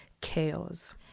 chaos